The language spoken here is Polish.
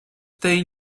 tej